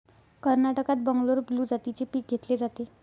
कर्नाटकात बंगलोर ब्लू जातीचे पीक घेतले जाते